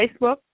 Facebook